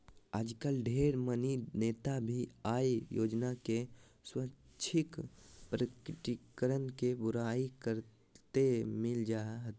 आजकल ढेर मनी नेता भी आय योजना के स्वैच्छिक प्रकटीकरण के बुराई करते मिल जा हथिन